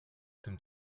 tym